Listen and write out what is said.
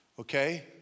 Okay